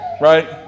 right